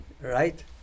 right